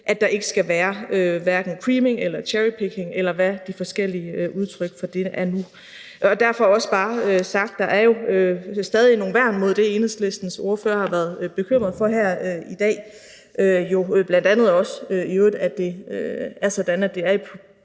at der hverken skal være creaming eller cherrypicking, eller hvad de forskellige udtryk for det er nu. Derfor også bare sagt, at der stadig er nogle værn mod det, Enhedslistens ordfører har været bekymret for her i dag, bl.a. i øvrigt også at det er fra politisk